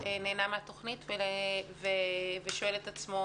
שנהנה מן התוכנית ושואל את עצמו